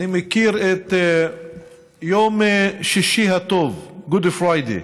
אני מכיר את יום שישי הטוב, Good Friday,